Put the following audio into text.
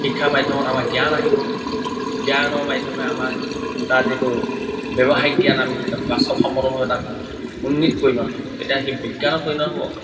শিক্ষা মাধ্যমত আমাৰ জ্ঞান আহিব জ্ঞানৰ মাধ্যমে আমাৰ তাৰ যিটো ব্যৱহাৰিক জ্ঞান আমি তাক বাস্তৱসন্মতভাৱে তাক উন্নিত কৰিম আমি তেতিয়া সি বিজ্ঞানত পৰিণত হ'ব